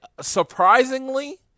surprisingly